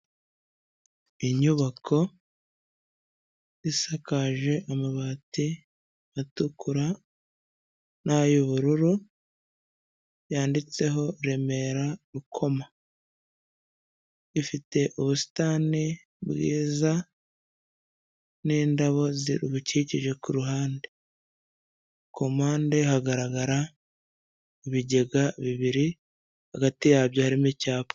Inyubako isakaje amabati atukura n'ayubururu, yanditseho Remera, Rukoma. Ifite ubusitani bwiza n'indabo zibukikije ku ruhande. Kumpande hagaragara ibigega bibiri, hagati yabyo harimo icyapa.